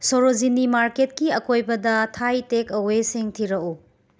ꯁꯣꯔꯣꯖꯤꯅꯤ ꯃꯥꯔꯀꯦꯠꯀꯤ ꯑꯀꯣꯏꯕꯗ ꯊꯥꯏ ꯇꯦꯛ ꯑꯋꯦꯁꯤꯡ ꯊꯤꯔꯛꯎ